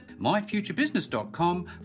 myfuturebusiness.com